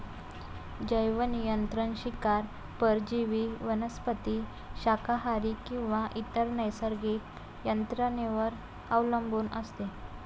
जैवनियंत्रण शिकार परजीवी वनस्पती शाकाहारी किंवा इतर नैसर्गिक यंत्रणेवर अवलंबून असते